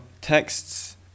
texts